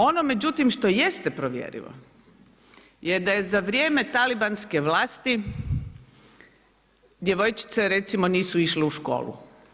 Ono međutim što jeste provjerivo je da je za vrijeme talibanske vlasti djevojčice recimo nisu išle u školu.